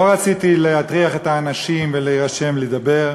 לא רציתי להטריח את האנשים ולהירשם לדבר,